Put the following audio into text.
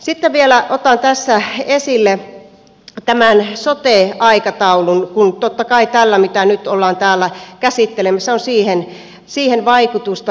sitten vielä otan tässä esille tämän sote aikataulun kun totta kai tällä mitä nyt ollaan täällä käsittelemässä on siihen vaikutusta